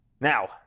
Now